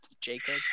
Jacob